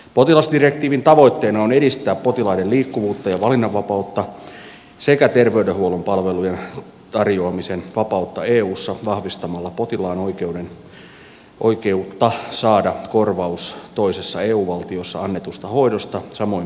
potilasdirektiivin tavoitteena on edistää potilaiden liikkuvuutta ja valinnanvapautta sekä terveydenhuollon palvelujen tarjoamisen vapautta eussa vahvistamalla potilaan oikeutta saada korvaus toisessa eu valtiossa annetusta hoidosta samoin perustein kuin kotimaassa